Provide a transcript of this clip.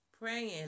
Praying